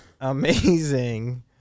Amazing